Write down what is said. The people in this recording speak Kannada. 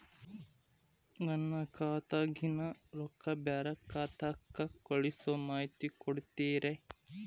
ನನ್ನ ಖಾತಾದಾಗಿನ ರೊಕ್ಕ ಬ್ಯಾರೆ ಖಾತಾಕ್ಕ ಕಳಿಸು ಮಾಹಿತಿ ಕೊಡತೇರಿ?